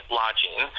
lodging